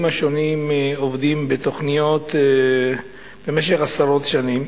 השונים עובדים בתוכניות במשך עשרות שנים,